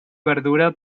verdura